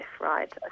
right